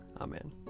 Amen